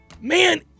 Man